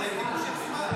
נושא.